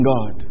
God